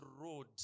road